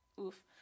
oof